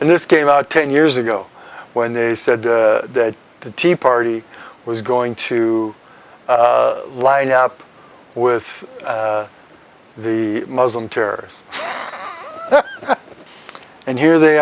and this came out ten years ago when they said that the tea party was going to line up with the muslim terrorists and here they